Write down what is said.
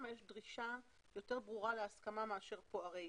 יש דרישה יותר ברורה להסכמה מאשר כאן.